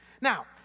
Now